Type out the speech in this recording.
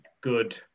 good